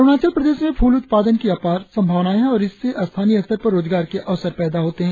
अरुणाचल प्रदेश में फूल उत्पादन अपार संभावनाएं है और इससे स्थानीय स्तर पर रोजगार के अवसर पैदा होते है